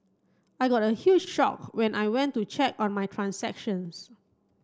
I got a huge shocked when I went to check on my transactions